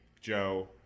Joe